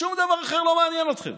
שום דבר אחר לא מעניין אתכם.